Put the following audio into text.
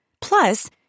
Plus